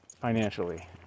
financially